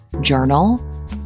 journal